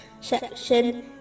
section